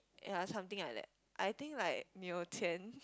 ya something like that I think like 你有钱